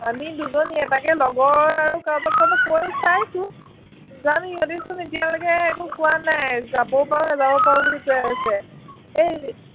আমি দুজনীয়ে তাকে লগৰ আৰু কাৰোবাক কাৰোবাক কৈ চাইছোঁ জানো ইহঁতিচোন এতিয়ালৈকে একো কোৱা নাই যাবও পাৰোঁ নেযাবও পাৰোঁ বুলি কৈ আছে এই